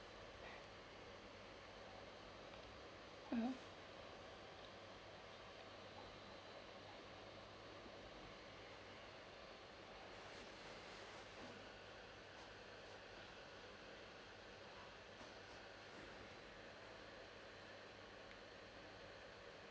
mmhmm